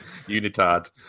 unitard